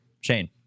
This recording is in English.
Shane